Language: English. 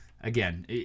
again